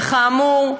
וכאמור,